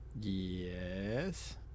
yes